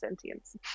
sentience